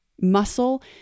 Muscle